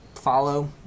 follow